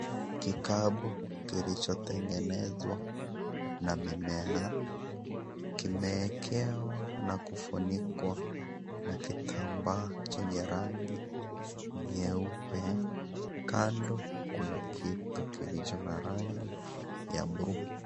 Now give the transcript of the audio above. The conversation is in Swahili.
Kikabu, kilichotengenezwa, na mimea, kimeekewa na kufunikwa na kitambaa chenye rangi, nyeupe, kando kuna kitu kilicho na rangi, ya (cs)blue(cs).